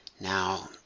Now